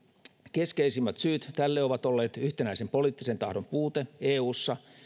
keskeisimmät syyt tälle ovat olleet yhtenäisen poliittisen tahdon puute eussa